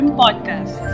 podcast